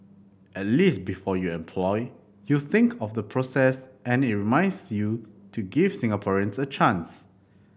at least before you employ you think of the process and it reminds you to give Singaporeans a chance